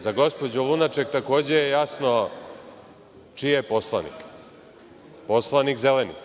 Za gospođu Lunaček je takođe jasno čiji je poslanik, poslanik Zelenih,